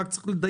רק צריך לדייק